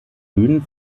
bühnen